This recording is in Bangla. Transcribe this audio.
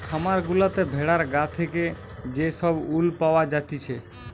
খামার গুলাতে ভেড়ার গা থেকে যে সব উল পাওয়া জাতিছে